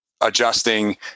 adjusting